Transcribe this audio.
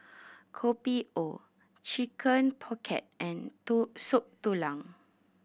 Kopi O Chicken Pocket and Soup Tulang